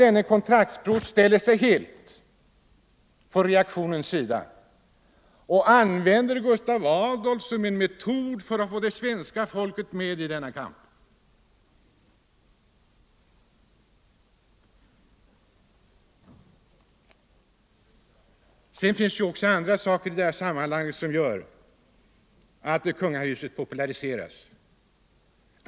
Denne kontraktsprost ställer sig helt på de reaktionäras sida och använder Gustav Adolf som en metod att få svenska folket med i kampen. Det finns också andra saker som gör att kungahuset populariseras.